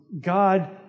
God